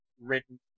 Written